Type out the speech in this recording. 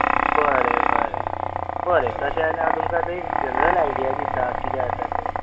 बरें बरें बरें तशे जाल्यार हांव तुमकां आतां एक जनरल आयडिया दिता कितें आसा तें